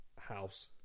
House